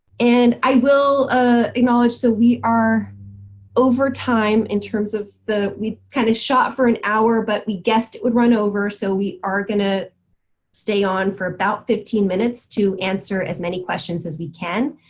and i will ah acknowledged so we are over time in terms of the we kind of shot for an hour but we guessed it would run over so we are gonna stay on for about fifteen minutes to answer as many questions as we can.